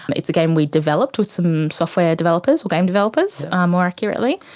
um it's a game we developed with some software developers, game developers more accurately.